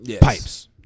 pipes